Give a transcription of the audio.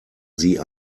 sie